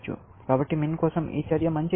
కాబట్టి MIN కోసం ఈ చర్య మంచిది